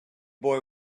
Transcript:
boy